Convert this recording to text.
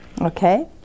Okay